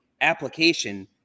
application